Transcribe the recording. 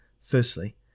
firstly